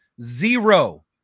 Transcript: Zero